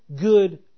good